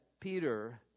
Peter